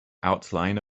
outline